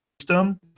system